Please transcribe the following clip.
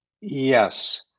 Yes